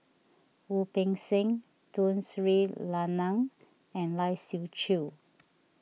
Wu Peng Seng Tun Sri Lanang and Lai Siu Chiu